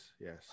yes